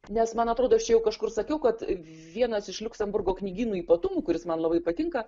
nes man atrodo aš čia jau kažkur sakiau kad vienas iš liuksemburgo knygynų ypatumų kuris man labai patinka